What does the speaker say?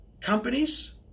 companies